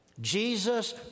Jesus